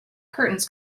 curtains